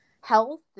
health